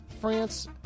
France